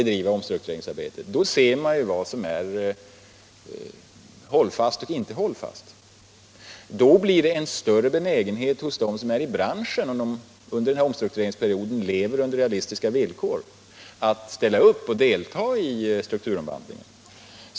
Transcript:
Då ser man ju vad som är hållfast och inte hållfast, och då blir det en större benägenhet hos dem som är i branschen och som under omställningsperioden lever under realistiska villkor att ställa upp och delta i strukturomvandlingen.